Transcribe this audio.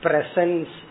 Presence